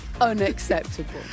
unacceptable